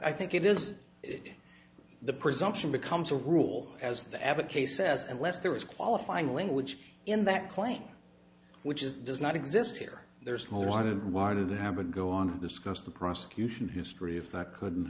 i think it is it the presumption becomes a rule as the advocate says unless there is qualifying language in that claim which is does not exist here there is no wanted wanted to have a go on to discuss the prosecution history of that couldn't